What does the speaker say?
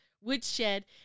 woodshed